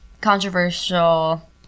controversial